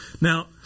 Now